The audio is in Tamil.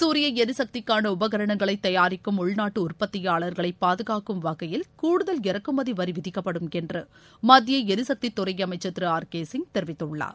சூரிய எரிசக்திக்கான உபகரணங்களை தயாரிக்கும் உள்நாட்டு உற்பத்தியாளா்களை பாதுகாக்கும் வகையில் கூடுதல் இறக்குமதி வரி விதிக்கப்படும் என்று மத்திய ளரிசக்தி துறை அமைச்ச் திரு ஆர் கே சிங் தெரிவித்துள்ளார்